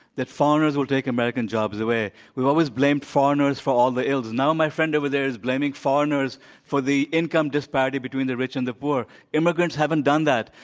that foreigners will take american jobs away. we always blamed foreigners for all the ills. and now my friend over there is blaming foreigners for the income disparity between the rich and the poor. immigrants haven't done that.